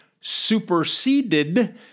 superseded